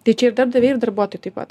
tai čia ir darbdaviai ir darbuotojai taip pat